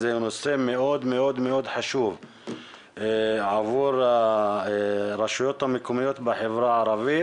זה נושא מאוד מאוד חשוב עבור הרשויות המקומיות בחברה הערבית